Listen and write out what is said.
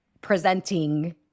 presenting